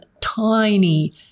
tiny